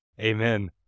Amen